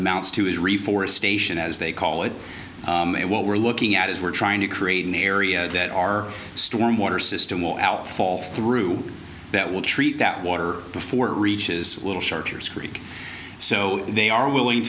amounts to is reforestation as they call it and what we're looking at is we're trying to create an area that our storm water system will out fall through that will treat that water before reaches little shirkers creek so they are willing